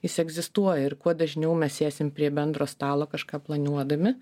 jis egzistuoja ir kuo dažniau mes sėsim prie bendro stalo kažką planuodami